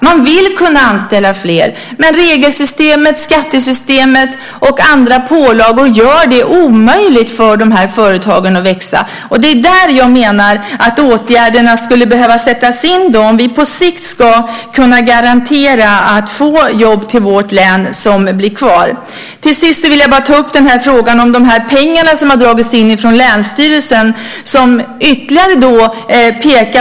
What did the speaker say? De vill anställa fler, men regelsystemet, skattesystemet och andra pålagor gör det omöjligt för företagen att växa. Det är där jag menar att åtgärderna behöver sättas in om vi på sikt ska garantera jobb till vårt län som blir kvar. Till sist vill jag ta upp frågan om de indragna pengarna från länsstyrelsen. Det pekar på ytterligare problem.